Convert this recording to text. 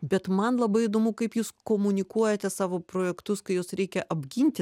bet man labai įdomu kaip jūs komunikuojate savo projektus kai juos reikia apginti